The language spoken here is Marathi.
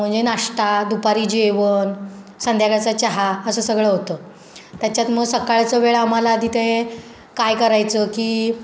म्हणजे नाश्ता दुपारी जेवण संध्याकाळचा चहा असं सगळं होतं त्याच्यात मग सकाळचं वेळ आम्हाला आधी ते काय करायचं की